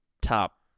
top